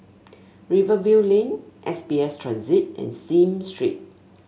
Rivervale Lane S B S Transit and Sime Street